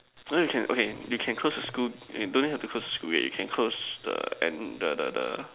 no you can okay you can close the school you don't even have to close the school gate you can close the and the the the